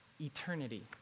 eternity